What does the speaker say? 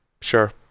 Sure